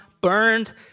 burned